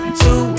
two